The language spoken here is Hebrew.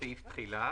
סעיף תחילה